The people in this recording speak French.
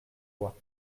loi